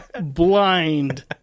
blind